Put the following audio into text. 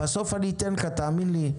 בסוף אני אתן לך, תאמין לי.